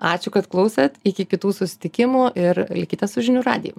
ačiū kad klausėt iki kitų susitikimų ir likite su žinių radijum